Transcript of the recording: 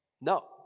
no